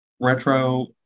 retro